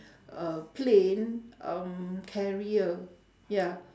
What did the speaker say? uh plane um carrier ya